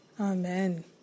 Amen